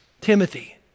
Timothy